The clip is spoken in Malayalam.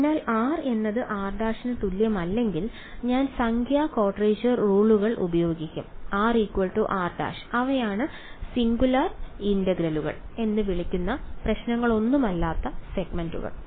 അതിനാൽ r എന്നത് r′ ന് തുല്യമല്ലെങ്കിൽ ഞാൻ സംഖ്യാ ക്വാഡ്രേച്ചർ റൂളുകൾ ഉപയോഗിക്കും r r′ അവയാണ് സിംഗുലാർ ഇന്റഗ്രലുകൾ എന്ന് വിളിക്കുന്ന പ്രശ്നങ്ങളൊന്നുമില്ലാത്ത സെഗ്മെന്റുകൾ